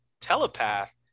telepath